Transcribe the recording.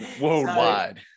Worldwide